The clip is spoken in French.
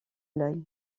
l’œil